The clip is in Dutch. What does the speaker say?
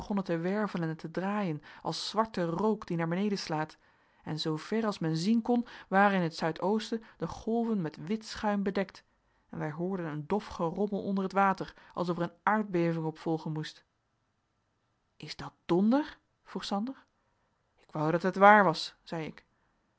te wervelen en te draaien als zwarte rook die naar beneden slaat en zoover als men zien kon waren in het zuidoosten de golven met wit schuim bedekt en wij hoorden een dof gerommel onder het water alsof er een aardbeving op volgen moest is dat donder vroeg sander ik wou dat het waar was zei ik